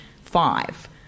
Five